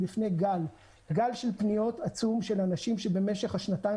בפני גל של פניות עצום של אנשים שבמשך השנתיים